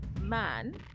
man